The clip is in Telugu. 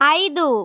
ఐదు